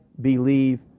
believe